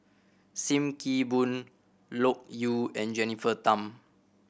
Sim Kee Boon Loke Yew and Jennifer Tham